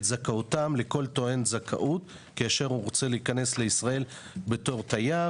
זכאותם לכל טוען זכאות כשרוצה להיכנס לישראל בתור תייר